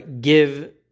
give